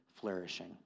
flourishing